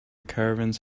caravans